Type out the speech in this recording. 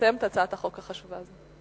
לסיים את הצעת החוק החשובה הזאת.